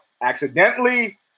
accidentally